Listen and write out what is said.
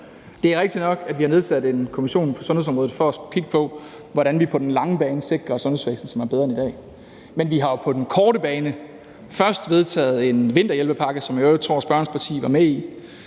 Det er rigtigt nok, at vi har nedsat en kommission på sundhedsområdet for at kigge på, hvordan vi på den lange bane sikrer et sundhedsvæsen, som er bedre end i dag, men vi har jo på den korte bane vedtaget en vinterhjælpepakke, som jeg i øvrigt tror spørgerens parti var med i.